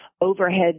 Overhead